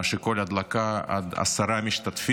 כאשר כל הדלקה היא לעד עשרה משתתפים.